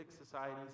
societies